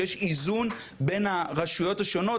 שיש איזון בין הרשויות השונות,